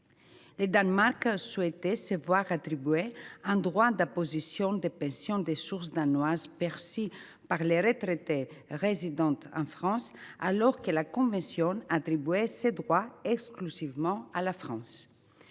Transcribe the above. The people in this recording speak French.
Le Danemark souhaitait se voir attribuer un droit d’imposition des pensions de source danoise perçues par les retraités résidents en France, alors que la convention attribuait ce droit exclusivement à la France.